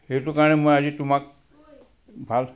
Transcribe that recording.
সেইটো কাৰণে মই আজি তোমাক ভাল